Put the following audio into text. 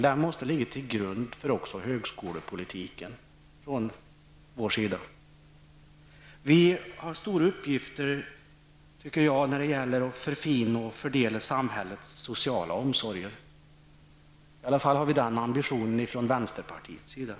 Den måste ligga till grund också för högskolepolitiken från vår sida. Vi har stora uppgifter när det gäller att förfina och fördela samhällets sociala omsorger. I varje fall har vi den ambitionen från vänsterpartiets sida.